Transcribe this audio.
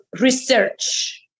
research